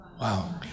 Wow